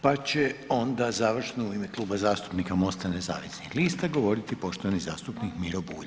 Pa će onda završno u ime Kluba zastupnika MOST-a nezavisnih lista govoriti poštovani zastupnik Miro Bulj.